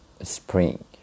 spring